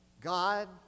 God